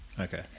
Okay